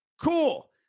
Cool